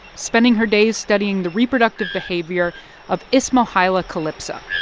spending her days studying the reproductive behavior of isthmohyla calypsa,